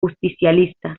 justicialista